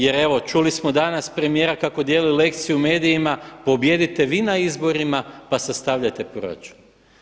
Jer evo čuli smo danas premijera kako dijeli lekciju u medijima pobijedite vi na izborima, pa sastavljajte proračun.